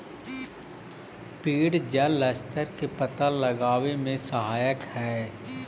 पेड़ जलस्तर के पता लगावे में सहायक हई